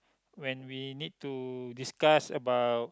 when we need to discuss about